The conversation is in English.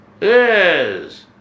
Yes